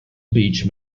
beach